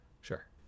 Sure